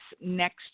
next